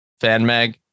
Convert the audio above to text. FanMag